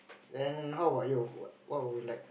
then how about you what would you like